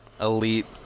elite